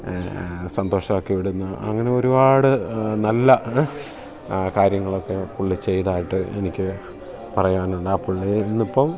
സന്തോഷമാക്കി വിടുന്ന അങ്ങനെ ഒരുപാട് നല്ല കാര്യങ്ങളൊക്കെ പുള്ളി ചെയ്തതായിട്ട് എനിക്ക് പറയാനുണ്ട് ആ പുള്ളി ഇന്ന് ഇപ്പം